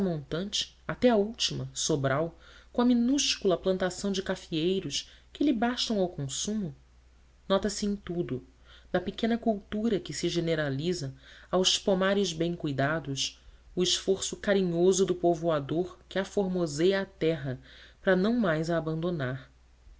montante até à última sobral com a minúscula plantação de cafeeiros que lhe bastam ao consumo nota-se em tudo da pequena cultura que se generaliza aos pomares bem cuidados o esforço carinhoso do povoador que aformoseia a terra para não mais a abandonar